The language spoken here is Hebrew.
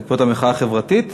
בעקבות המחאה החברתית?